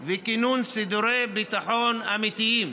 וכינון סידורי ביטחון אמיתיים.